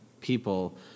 people